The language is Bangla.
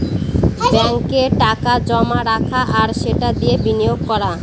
ব্যাঙ্কে টাকা জমা রাখা আর সেটা দিয়ে বিনিয়োগ করা